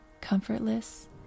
comfortless